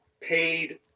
paid